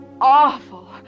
awful